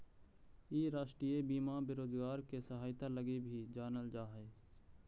इ राष्ट्रीय बीमा बेरोजगार के सहायता लगी भी जानल जा हई